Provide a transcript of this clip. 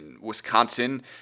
Wisconsin